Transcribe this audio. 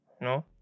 No